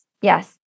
Yes